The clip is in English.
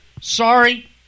Sorry